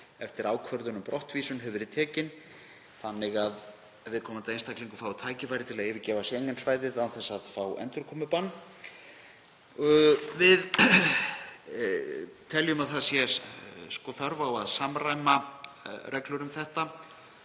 eftir að ákvörðun um brottvísun hefur verið tekin þannig að viðkomandi einstaklingur fái tækifæri til að yfirgefa Schengen-svæðið án þess að fá endurkomubann. Við teljum að það sé þörf á að samræma reglur um þetta